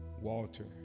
Walter